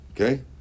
Okay